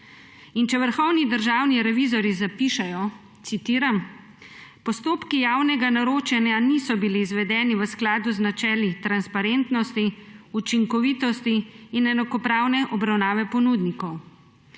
Če vrhovni državni revizorji zapišejo, citiram: »Postopki javnega naročanja niso bili izvedeni v skladu z načeli transparentnosti, učinkovitosti in enakopravne obravnave ponudnikov,